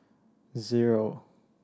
zero